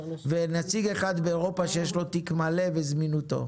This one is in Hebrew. ונציג אחד באירופה שיש לו תיק מלא וזמינותו.